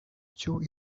two